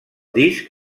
disc